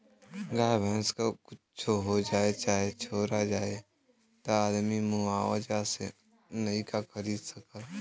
गाय भैंस क कुच्छो हो जाए चाहे चोरा जाए त आदमी मुआवजा से नइका खरीद सकेला